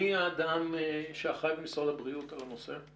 מי הוא האדם שאחראי במשרד הבריאות על הנושא?